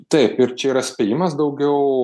taip ir čia yra spėjimas daugiau